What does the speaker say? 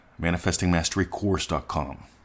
manifestingmasterycourse.com